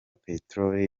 peteroli